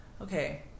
okay